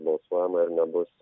balsuojama ir nebus